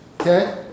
okay